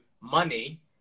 money